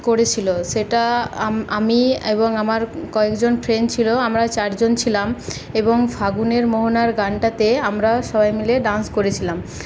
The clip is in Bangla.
করেছিলো সেটা আম আমি এবং আমার কয়েকজন ফ্রেন্ড ছিলো আমরা চারজন ছিলাম এবং ফাগুনের মোহনার গানটাতে আমরা সবাই মিলে ডান্স করেছিলাম